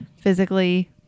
physically